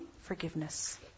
forgiveness